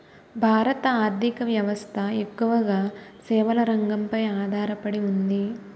భారత ఆర్ధిక వ్యవస్థ ఎక్కువగా సేవల రంగంపై ఆధార పడి ఉంది